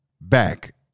back